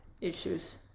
issues